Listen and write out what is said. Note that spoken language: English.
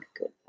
good